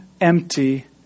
empty